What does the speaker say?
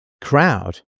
crowd